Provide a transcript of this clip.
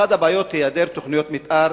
אחת הבעיות היא היעדר תוכניות מיתאר